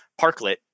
parklet